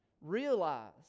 Realize